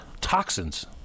toxins